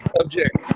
subject